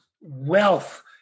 wealth